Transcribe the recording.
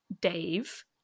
Dave